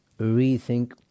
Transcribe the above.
rethink